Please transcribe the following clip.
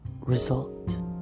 result